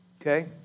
Okay